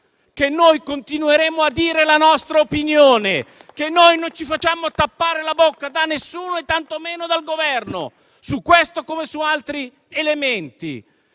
che noi continueremo a parlare e a dire la nostra opinione e che non ci facciamo tappare la bocca da nessuno e tantomeno dal Governo su questo, come su altri elementi.